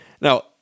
Now